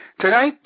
Tonight